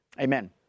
Amen